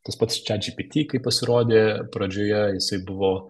tas pats chatgpt kai pasirodė pradžioje jisai buvo